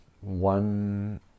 one